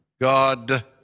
God